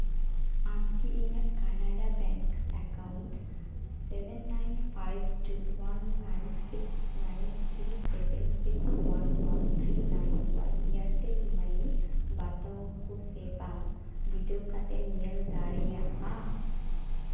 ᱟᱢ ᱠᱤ ᱤᱧᱟᱹᱜ Canada bank account seven nine five two one nine six nine three seven six one one three nine one Airtel money ᱵᱟᱛᱟᱣᱟᱠᱚ ᱥᱮ ᱵᱟᱝ ᱵᱤᱰᱟᱹᱣ ᱠᱟᱛᱮᱢ ᱧᱮᱞ ᱫᱟᱲᱮᱭᱟᱜᱼᱟ